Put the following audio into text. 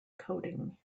coding